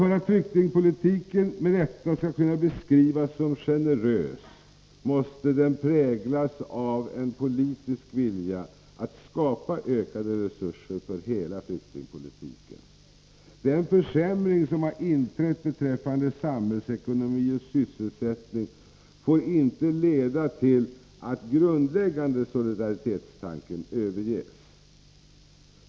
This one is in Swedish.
För att flyktingpolitiken med rätta skall kunna beskrivas som generös måste den präglas av en politisk vilja att skapa ökade resurser för hela denna politik. Den försämring som inträtt beträffande samhällsekonomi och sysselsättning får inte leda till att den grundläggande solidaritetstanken överges.